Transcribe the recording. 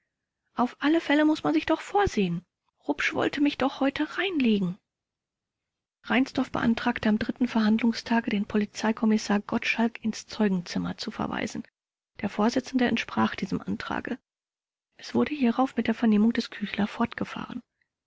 auf alle fälle muß man sich doch vorsehen rupsch wollte mich doch heute reinlegen reinsdorf beantragte am dritten verhandlungstage den polizeikommissar gottschalk ins zeugenzimmer zu verweisen der vorsitzende entsprach diesem antrage es wurde hierauf mit der vernehmung des küchler fortgefahren